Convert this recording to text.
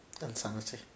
Insanity